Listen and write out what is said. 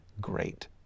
great